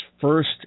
first